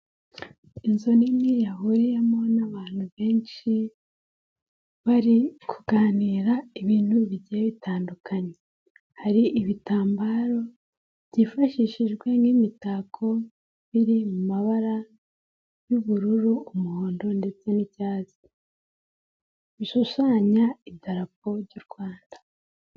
Inzu nini yahuriyemo n'abantu benshi, bari kuganira ibintu bigiye bitandukanye. Hari ibitambaro byifashishijwe n'imitako biri mu mabara y'ubururu, umuhondo ndetse n'icyatsi. Bishushanya idarapo ry'u Rwanda.